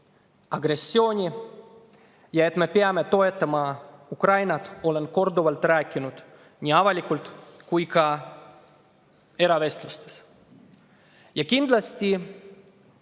agressiooni ja et me peame toetama Ukrainat, olen ma korduvalt väljendanud nii avalikult kui ka eravestlustes. Kindlasti,